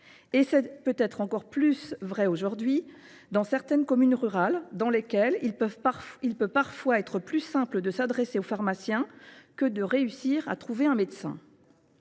est peut être encore plus vrai aujourd’hui dans certaines communes rurales, où il est parfois plus simple de s’adresser au pharmacien que de réussir à trouver un médecin.